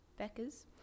beckers